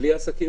בלי עסקים?